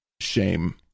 shame